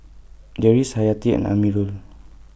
Deris Hayati and Amirul